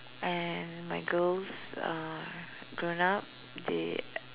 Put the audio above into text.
and my girls are grown up they